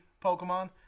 Pokemon